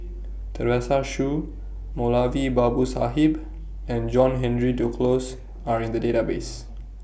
Teresa Hsu Moulavi Babu Sahib and John Henry Duclos Are in The Database